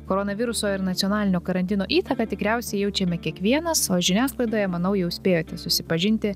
koronaviruso ir nacionalinio karantino įtaką tikriausiai jaučiame kiekvienas o žiniasklaidoje manau jau spėjote susipažinti